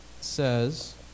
says